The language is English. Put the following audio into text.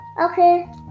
Okay